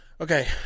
Okay